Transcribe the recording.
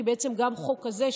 כי גם חוק כזה,